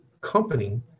company